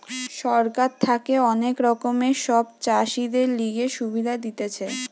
সরকার থাকে অনেক রকমের সব চাষীদের লিগে সুবিধা দিতেছে